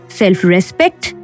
self-respect